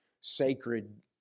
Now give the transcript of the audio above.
sacred